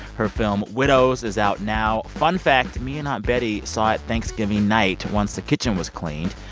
her film widows is out now. fun fact me and aunt betty saw it thanksgiving night once the kitchen was cleaned.